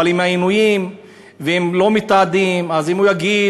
אבל עם העינויים ואם לא מתעדים אז אם הוא יגיד,